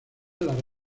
las